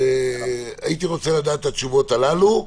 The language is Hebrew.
הייתי רוצה לדעת את התשובות הללו,